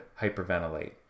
hyperventilate